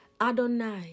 Adonai